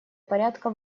порядка